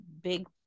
big